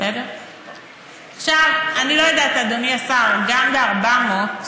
אני לא יודעת, אדוני השר, גם ב-400,